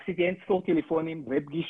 עשיתי אין ספור טלפונים ופגישות